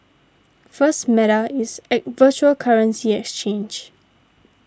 first Meta is a virtual currency exchange